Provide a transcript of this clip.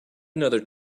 another